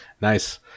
Nice